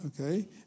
okay